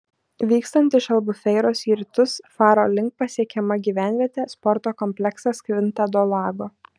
vykstant iš albufeiros į rytus faro link pasiekiama gyvenvietė sporto kompleksas kvinta do lago